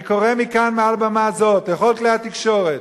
אני קורא מכאן, מעל במה זאת, לכל כלי התקשורת: